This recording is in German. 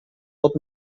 wird